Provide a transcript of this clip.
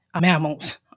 mammals